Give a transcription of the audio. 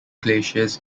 glaciers